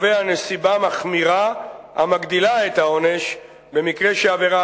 הקובע נסיבה מחמירה המגדילה את העונש במקרה שעבירה